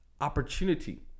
opportunity